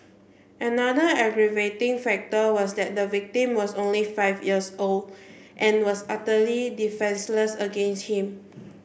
another aggravating factor was that the victim was only five years old and was utterly defenceless against him